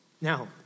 Now